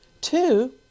Two